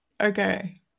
Okay